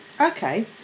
Okay